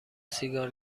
سیگار